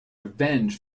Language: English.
revenge